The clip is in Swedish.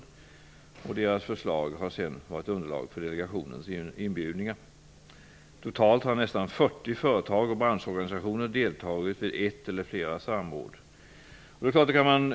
Dessa förslag har sedan utgjort underlag för delegationens inbjudningar. Totalt har nästan 40 företag och branschorganisationer deltagit i ett eller flera samråd.